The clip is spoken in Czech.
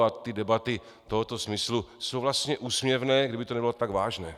A ty debaty tohoto smyslu jsou vlastně úsměvné, kdyby to nebylo tak vážné.